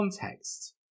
context